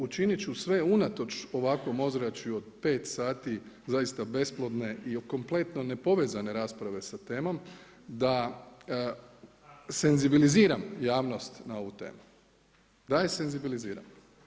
Učinit ću sve unatoč ovakvom ozračju od pet sati zaista besplodne i o kompletno nepovezane rasprave sa temom, da senzibiliziram javnost na ovu temu, da je senzibiliziram.